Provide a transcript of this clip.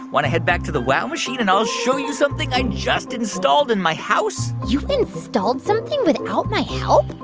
want to head back to the wow machine, and i'll show you something i just installed in my house? you installed something without my help?